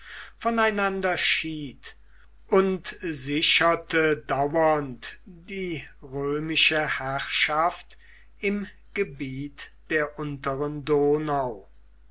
voneinander schied und sicherte dauernd die römische herrschaft im gebiet der unteren donau